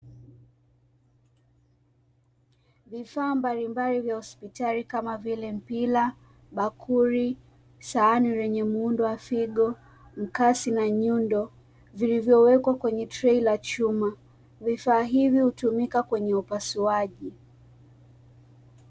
Vifaa mbalimbali vya hospitali kama vile: mpira, bakuli, sahani lenye muundo wa figo, mkasi na nyundo; vilivyowekwa kwenye trei la chuma. Vifaa hivi hutumika kwenye upasuaji.